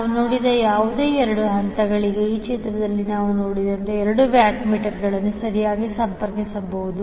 ನಾವು ನೋಡಿದ ಯಾವುದೇ ಎರಡು ಹಂತಗಳಿಗೆ ಈ ಚಿತ್ರದಲ್ಲಿ ನಾವು ನೋಡುವಂತೆ ಎರಡು ವ್ಯಾಟ್ ಮೀಟರ್ಗಳನ್ನು ಸರಿಯಾಗಿ ಸಂಪರ್ಕಿಸಬೇಕು